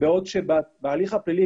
בעוד שבהליך הפלילי,